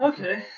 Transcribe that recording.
Okay